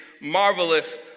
marvelous